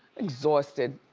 exhausted.